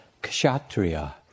kshatriya